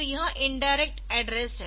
तो यह indirect address है